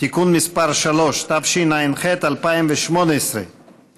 (תיקון מס' 3), התשע"ח 2018,